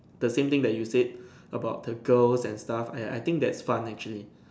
the same thing that you said about the girls and stuff I I think that's fun actually